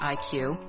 IQ